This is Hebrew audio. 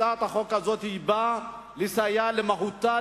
הצעת החוק הזו באה לסייע למהותה,